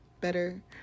better